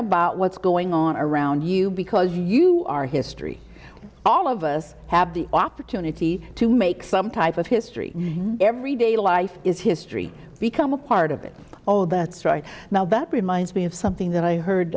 about what's going on around you because you are history all of us have the opportunity to make some type of history every day life is history become a part of it all that's right now but reminds me of something that i heard